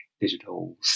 digital